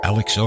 Alex